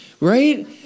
right